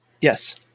Yes